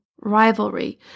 rivalry